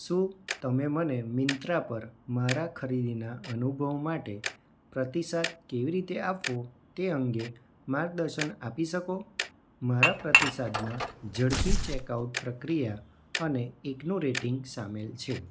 શું તમે મને મિન્ત્રા પર મારા ખરીદીના અનુભવ માટે પ્રતિસાદ કેવી રીતે આપવો તે અંગે માર્ગદર્શન આપી શકો મારા પ્રતિસાદમાં ઝડપી ચેકઆઉટ પ્રક્રિયા અને એકનું રેટિંગ સામેલ છે